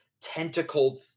tentacled